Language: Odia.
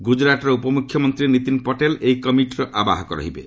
ଗୁଜରାଟର ଉପମୁଖ୍ୟମନ୍ତ୍ରୀ ନୀତିନ୍ ପଟେଲ ଏହି କମିଟିର ଆବାହକ ରହିବେ